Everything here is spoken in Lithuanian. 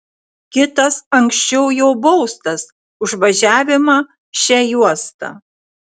kitas anksčiau jau baustas už važiavimą šia juosta